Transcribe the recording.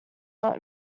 not